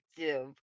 active